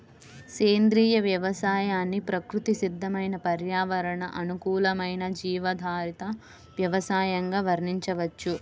సేంద్రియ వ్యవసాయాన్ని ప్రకృతి సిద్దమైన పర్యావరణ అనుకూలమైన జీవాధారిత వ్యవసయంగా వర్ణించవచ్చు